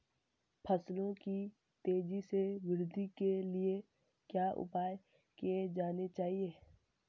फसलों की तेज़ी से वृद्धि के लिए क्या उपाय किए जाने चाहिए?